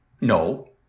No